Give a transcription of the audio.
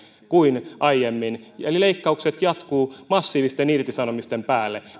kuin aiemmin eli leikkaukset jatkuvat massiivisten irtisanomisten päälle